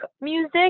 music